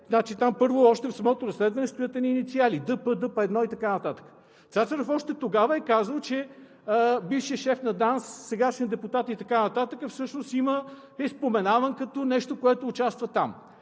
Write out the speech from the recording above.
КТБ – там, първо, още в самото разследване стоят едни инициали ДП, ДП1 и така нататък, Цацаров още тогава е казал, че бившият шеф на ДАНС – сегашен депутат и така нататък, всъщност има и е споменаван като нещо, което участва там.